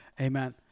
Amen